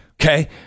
Okay